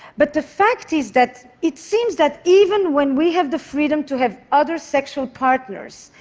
but the fact is that it seems that even when we have the freedom to have other sexual partners,